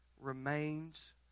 remains